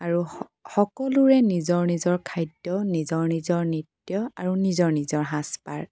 আৰু সকলোৰে নিজৰ নিজৰ খাদ্য নিজৰ নিজৰ নৃত্য আৰু নিজৰ নিজৰ সাজ পাৰ